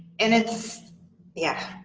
and it's yeah.